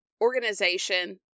organization